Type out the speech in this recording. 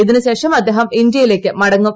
ഇതിന് ശേഷം അദ്ദേഹം ഇന്ത്യയിലേക്ക് മുട്ടങ്ങും